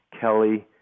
Kelly